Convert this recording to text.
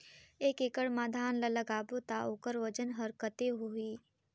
एक एकड़ मा धान ला लगाबो ता ओकर वजन हर कते होही?